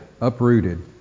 uprooted